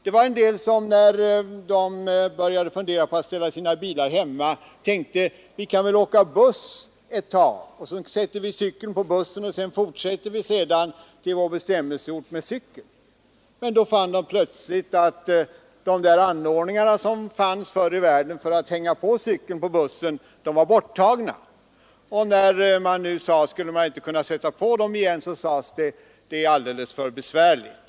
Det var en del som, när de började fundera på att ställa sina bilar hemma, sade sig: Vi kan väl åka buss ett tag, och så sätter vi cykeln på bussen för att fortsätta till vår bestämmelseort med cykel. Men då fann de plötsligt att de där anordningarna som fanns förr i världen och som gjorde att man kunde hänga cykeln på bussen var borttagna. När man frågade om det inte skulle gå att sätta på dessa anordningar igen fick man svaret: Det är alldeles för besvärligt.